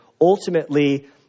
ultimately